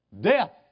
death